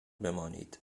بمانید